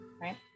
right